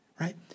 Right